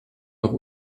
noch